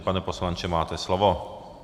Pane poslanče, máte slovo.